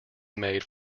made